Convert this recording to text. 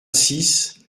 six